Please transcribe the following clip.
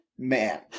Man